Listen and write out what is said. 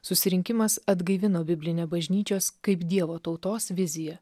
susirinkimas atgaivino biblinę bažnyčios kaip dievo tautos viziją